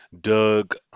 Doug